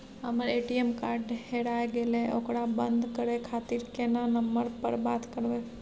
हमर ATM card हेराय गेले ओकरा बंद करे खातिर केना नंबर पर बात करबे?